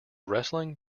wrestling